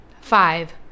Five